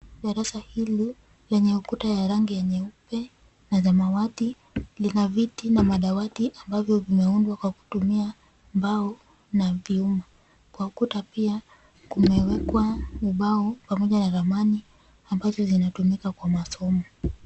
Darasa hili lenye ukuta ya rangi ya nyeupe na samawati, lina viti na madawati ambavyo vimeundwa kwa kutumia mbao na vyuma. Kwa ukuta pia, kumewekwa ubao pamoja na ramani ambazo zinatumika kwa masomo.